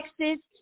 Texas